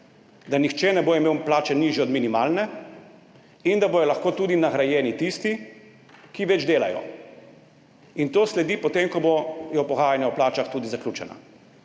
da nihče ne bo imel nižje plače od minimalne in da bodo lahko tudi nagrajeni tisti, ki več delajo. To sledi po tem, ko bodo pogajanja o plačah tudi zaključena.